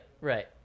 Right